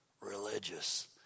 religious